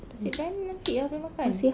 nasi briyani nanti ah boleh makan